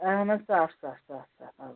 اہن حظ صاف صاف صاف صاف اَوا